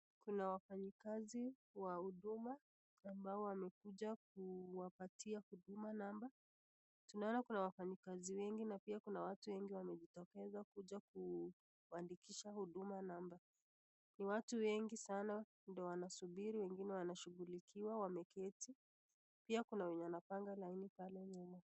Kuna wafanyikazi wa huduma ambao wamekuja kupetia huduma namba, tunaona Kuna wafanyikazi wengi na pia kuna watu wengi wamejitokesa kuja kuandikisha huduma namba, ni watu wengi sana ndio wanasubiri na wengine wanashughulikiwa wameketi pia Kuna wenye wanapanga laini pale nyuma.